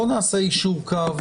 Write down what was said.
'איש צוות',